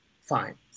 Fine